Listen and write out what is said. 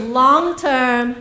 long-term